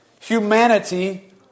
Humanity